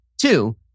Two